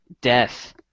death